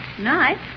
Nice